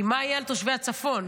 היא מה יהיה על תושבי הצפון.